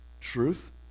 Truth